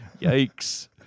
Yikes